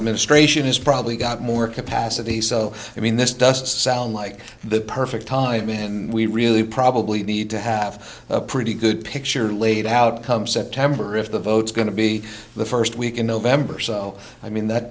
administration is probably got more capacity so i mean this doesn't sound like the perfect time and we really probably need to have a pretty good picture laid out come september if the vote's going to be the first week in november so i mean that